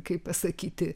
kaip pasakyti